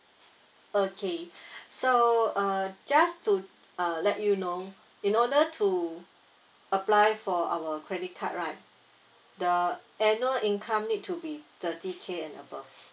okay so uh just to uh let you know in order to apply for our credit card right the annual income need to be thirty K and above